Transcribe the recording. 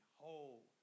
whole